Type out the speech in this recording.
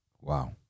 Wow